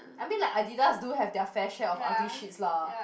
I mean like Adidas do have their fair share of ugly shits lah